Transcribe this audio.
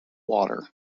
water